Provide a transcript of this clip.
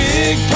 Big